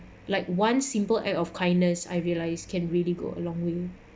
like one simple act of kindness I realised can really go along way